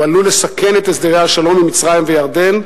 הוא עלול לסכן את הסדרי השלום עם מצרים ועם ירדן.